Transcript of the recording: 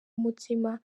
umutima